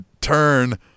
turn